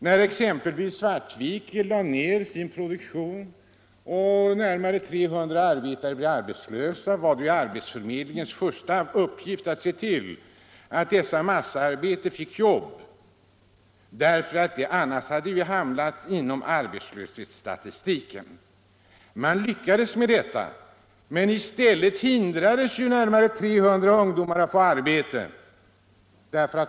När exempelvis Svartvik lade ned sin produktion och närmare 300 arbetare blev arbetslösa, var det arbetsförmedlingens första uppgift att se till att dessa avskedade massaarbetare fick jobb, eftersom de annars hade hamnat i arbetslöshetsstatistiken. Man lyckades med detta, men i stället hindrades närmare 300 ungdomar att få arbete.